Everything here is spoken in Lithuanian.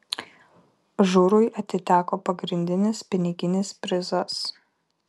žurui atiteko pagrindinis piniginis prizas